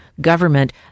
government